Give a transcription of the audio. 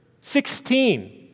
Sixteen